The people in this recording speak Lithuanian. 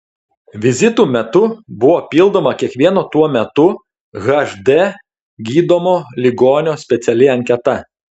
vizitų metu buvo pildoma kiekvieno tuo metu hd gydomo ligonio speciali anketa